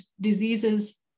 diseases